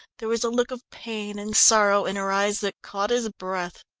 there was a look of pain and sorrow in her eyes that caught his breath.